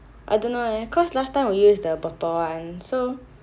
I don't know leh cause last time we use the burpple one so